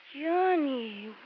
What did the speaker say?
Johnny